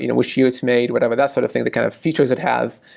you know which year it's made, whatever that sort of thing, the kind of features it has.